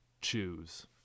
choose